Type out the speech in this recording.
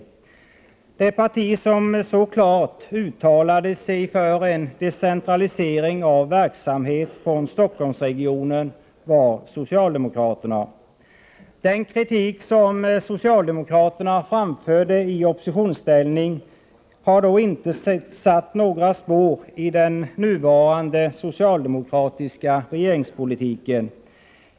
Det parti som så klart uttalade sig för en decentralisering av verksamhet Den kritik som socialdemokraterna framförde i oppositionsställning har dock inte satt några spår i den nuvarande socialdemokratiska regeringspolitiken.